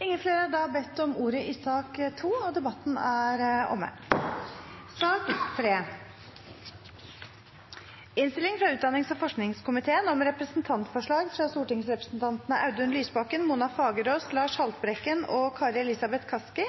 Flere har ikke bedt om ordet til sak nr. 2. Etter ønske fra utdannings- og forskningskomiteen